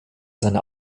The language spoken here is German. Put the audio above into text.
seine